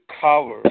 cover